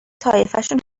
طایفشون